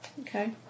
Okay